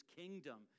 kingdom